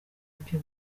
ibyo